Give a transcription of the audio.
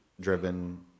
driven